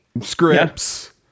scripts